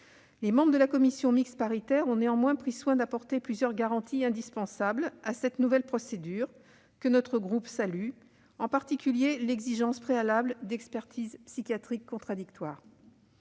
Les membres de la commission mixte paritaire ont néanmoins pris soin d'apporter plusieurs garanties indispensables à cette nouvelle procédure, que notre groupe salue, en particulier l'exigence préalable d'expertises psychiatriques contradictoires.